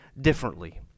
differently